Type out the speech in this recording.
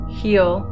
heel